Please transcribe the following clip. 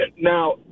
Now